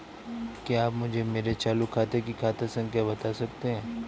क्या आप मुझे मेरे चालू खाते की खाता संख्या बता सकते हैं?